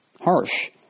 harsh